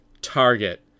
target